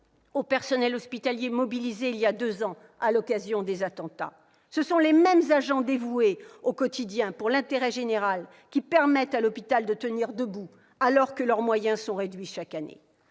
au personnel hospitalier mobilisé il y a deux ans à l'occasion des attentats. Ce sont les mêmes agents dévoués au quotidien pour l'intérêt général qui permettent à l'hôpital de tenir debout alors que leurs moyens sont réduits chaque année.